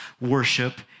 Worship